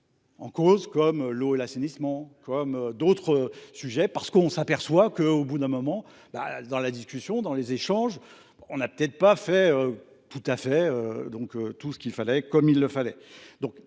en cause comme l'eau et l'assainissement, comme d'autres sujets, parce qu'on s'aperçoit qu'au bout d'un moment, dans la discussion, dans les échanges, on n'a peut-être pas fait tout à fait tout ce qu'il fallait comme il le fallait.